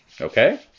Okay